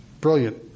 Brilliant